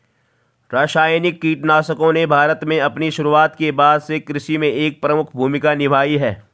रासायनिक कीटनाशकों ने भारत में अपनी शुरूआत के बाद से कृषि में एक प्रमुख भूमिका निभाई है